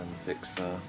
Fixer